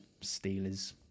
Steelers